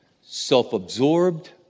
self-absorbed